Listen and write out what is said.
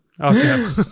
Okay